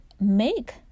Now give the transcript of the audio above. make